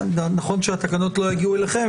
נכון שהתקנות לא יגיעו אליכם,